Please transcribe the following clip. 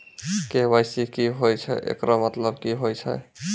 KYC की होय छै, एकरो मतलब की होय छै?